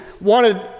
wanted